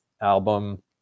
album